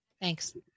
Thanks